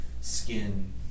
skin